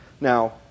Now